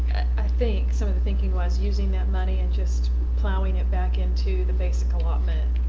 i think some of the thinking was using that money and just plowing it back into the basic allotment.